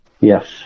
Yes